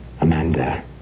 Amanda